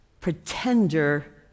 pretender